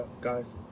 guys